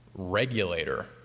regulator